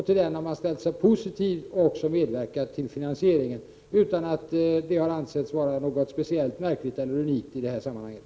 Till den har man ställt sig positiv, och man har också medverkat till finansieringen utan att det har ansetts vara något speciellt märkligt eller unikt i det sammanhanget.